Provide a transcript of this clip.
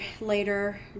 later